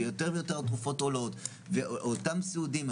ויותר ויותר התרופות עולות ואותם סיעודיים,